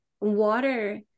water